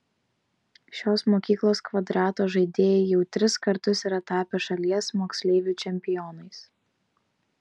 šios mokyklos kvadrato žaidėjai jau tris kartus yra tapę šalies moksleivių čempionais